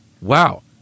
Wow